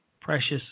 precious